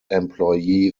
employee